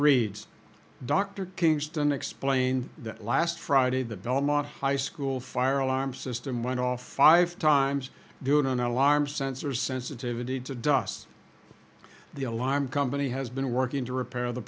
reads dr kingston explained that last friday the belmont high school fire alarm system went off five times due in an alarm sensor sensitivity to dust the alarm company has been working to repair the